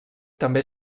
també